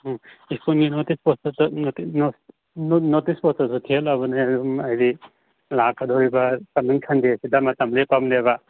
ꯑꯥ ꯁ꯭ꯀꯨꯜꯒꯤ ꯅꯣꯇꯤꯁ ꯕꯣꯔꯗꯇ ꯅꯣꯇꯤꯁ ꯕꯣꯔ꯭ꯗꯇꯁꯨ ꯊꯤꯍꯜꯂꯕꯅꯦ ꯑꯗꯨꯝ ꯍꯥꯏꯗꯤ ꯂꯥꯛꯀꯗꯣꯔꯤꯕ ꯀꯃꯤꯡ ꯁꯟꯗꯦꯁꯤꯗ ꯃꯇꯝ ꯂꯦꯞꯄꯕꯅꯦꯕ